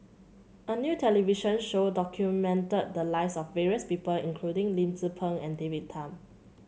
a new television show documented the lives of various people including Lim Tze Peng and David Tham